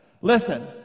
Listen